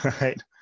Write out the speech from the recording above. Right